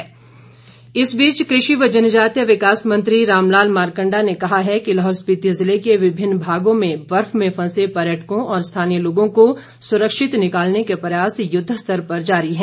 मारकंडा इस बीच कृषि व जनजातीय विकास मंत्री रामलाल मारकंडा ने कहा है कि लाहौल स्पीति जिले के विभिन्न भागों में बर्फ में फंसे पर्यटकों और स्थानीय लोगों को सुरक्षित निकालने के प्रयास युद्ध स्तर पर जारी है